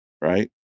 right